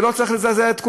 זה לא צריך לזעזע את כולם,